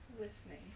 listening